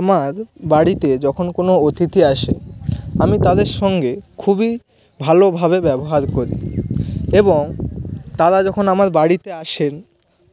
আমার বাড়িতে যখন কোনো অতিথি আসে আমি তাদের সঙ্গে খুবই ভালোভাবে ব্যবহার করি এবং তারা যখন আমার বাড়িতে আসেন